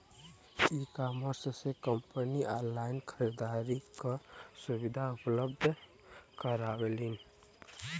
ecommerce से company online खरीदारी क सुविधा उपलब्ध करावलीन